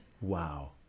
Wow